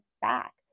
back